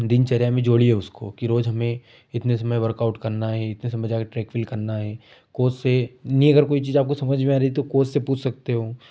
दिनचर्या में जोड़िए उसको कि रोज हमें इतने समय वर्कआउट करना है इतने समय जाकर ट्रैकमिल करना है कोच से नहीं अगर कोई चीज आपको समझ में आ रही है तो कोच से पूछ सकते हो